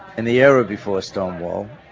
and the era before stonewall,